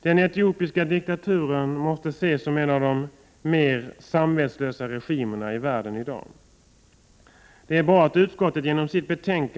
Den etiopiska diktaturen måste ses som en av de mer samvetslösa regimerna i världen i dag. Det är bra att utskottet genom sitt betänkande så — Prot.